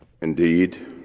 Indeed